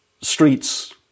streets